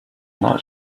not